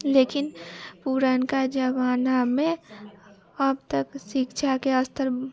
लेकिन पुरनका जवानामे अब तक शिक्षाके स्तर